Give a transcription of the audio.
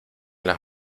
las